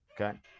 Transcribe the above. okay